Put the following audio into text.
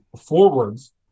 forwards